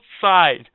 side